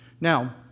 Now